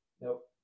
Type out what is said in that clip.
Nope